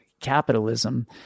capitalism